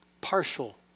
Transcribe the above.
partial